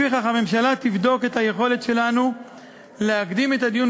לפיכך הממשלה תבדוק את היכולת שלנו להקדים את הדיון